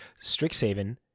Strixhaven